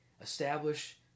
establish